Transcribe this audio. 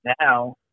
now